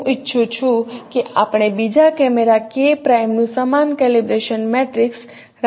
હું ઈચ્છું છું કે આપણે બીજા કેમેરા K પ્રાઇમ નું સમાન કેલિબ્રેશન મેટ્રિક્સ રાખીએ